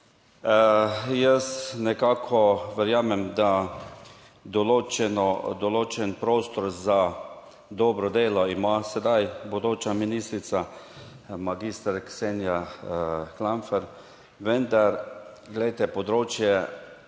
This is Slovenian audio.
Jaz nekako verjamem, da določen prostor za dobro delo ima sedaj bodoča ministrica, magistra Ksenija Klampfer, vendar glejte področje,